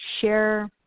share